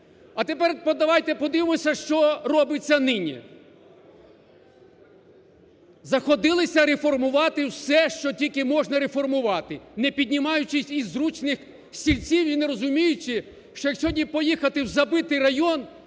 А тепер давайте подивимося, що робиться нині. Заходилися реформувати все, що тільки можна реформувати, не піднімаючись із зручних стільців і не розуміючи, що як сьогодні поїхати у забитий район,